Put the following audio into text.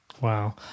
Wow